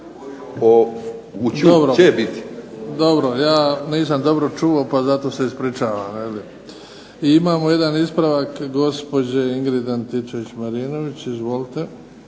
razumije./… Dobro, ja nisam dobro pa zato se ispričavam. I imamo jedan ispravak gospođe Ingrid Antičević-Marinović. Izvolite.